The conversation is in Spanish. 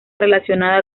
relacionada